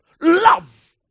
love